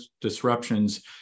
disruptions